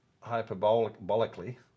hyperbolically